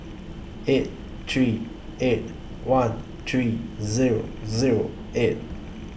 eight three eight one three Zero Zero eight